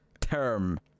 term